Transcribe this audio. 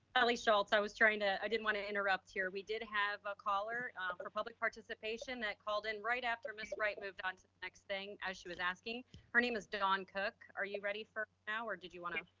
natalie schultz. i was trying to, i didn't wanna interrupt here. we did have a caller for public participation that called in right after ms. wright moved on to the next thing as she was asking her name is dawn cook. are you ready for now or did you wanna.